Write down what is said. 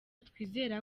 twizera